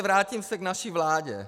Vrátím se k naší vládě.